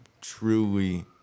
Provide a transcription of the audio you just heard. truly